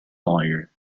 lawyer